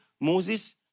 Moses